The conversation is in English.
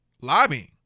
lobbying